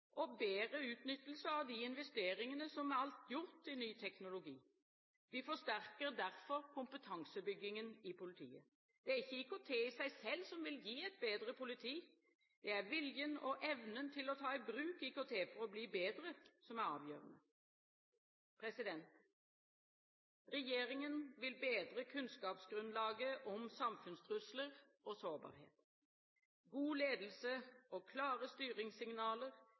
og bedre utnyttelse av de investeringene som alt er gjort i ny teknologi. Vi forsterker derfor kompetansebyggingen i politiet. Det er ikke IKT i seg selv om vil gi et bedre politi. Det er viljen og evnen til å ta i bruk IKT for å bli bedre som er avgjørende. Regjeringen vil bedre kunnskapsgrunnlaget om samfunnstrusler og sårbarhet. God ledelse og klare styringssignaler